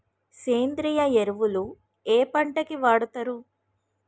సేంద్రీయ ఎరువులు ఏ పంట కి వాడుతరు?